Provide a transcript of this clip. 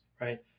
right